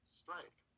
strike